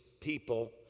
people